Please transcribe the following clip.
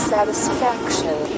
Satisfaction